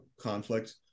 conflict